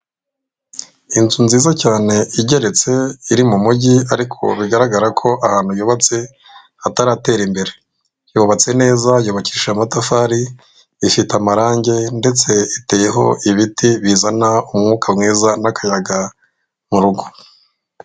Inzu nziza cyane igeretse, iri mu mujyi, ariko bigaragara ko ahantu yubatse hataratera imbere, yubatse neza, yubakishije amatafari, ifite amarangi, ndetse iteyeho ibiti bizana amwuka mwiza n'akayaga mu rugo.